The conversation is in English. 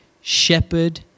Shepherd